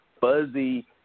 fuzzy